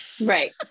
right